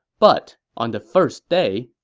but on the first day,